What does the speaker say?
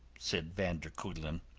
said van der kuylen,